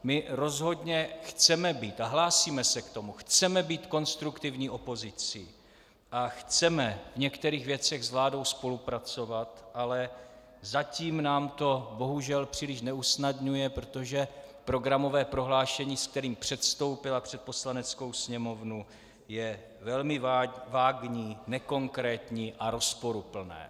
My rozhodně chceme být, a hlásíme se k tomu, chceme být konstruktivní opozicí a chceme v některých věcech s vládou spolupracovat, ale zatím nám to bohužel příliš neusnadňuje, protože programové prohlášení, se kterým předstoupila před Poslaneckou sněmovnu, je velmi vágní, nekonkrétní a rozporuplné.